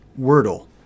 Wordle